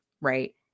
Right